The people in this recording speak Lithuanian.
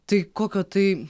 tai kokio tai